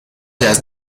las